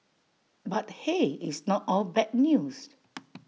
but hey it's not all bad news